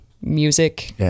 music